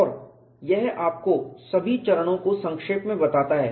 और यह आपको सभी चरणों को संक्षेप में बताता है